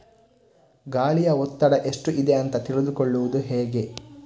ಗಾಳಿಯ ಒತ್ತಡ ಎಷ್ಟು ಇದೆ ಅಂತ ತಿಳಿದುಕೊಳ್ಳುವುದು ಹೇಗೆ?